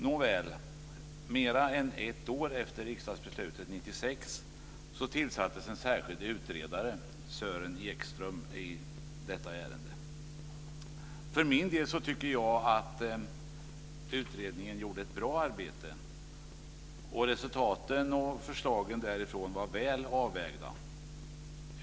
Nåväl, mer än ett år efter riksdagsbeslutet 1996 tillsattes en särskild utredare, Sören Ekström, i detta ärende. För min del tycker jag att utredningen gjorde ett bra arbete, och resultaten och förslagen därifrån var väl avvägda.